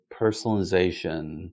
personalization